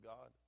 God